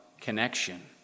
connection